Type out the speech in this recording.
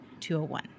201